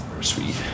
Sweet